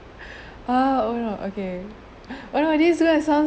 ah oh no okay oh no this right song